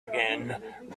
again